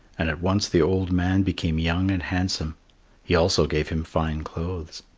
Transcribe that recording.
and at once the old man became young and handsome he also gave him fine clothes.